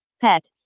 pet